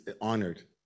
honored